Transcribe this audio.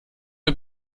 mir